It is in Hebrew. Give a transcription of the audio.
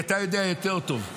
אתה יודע יותר טוב,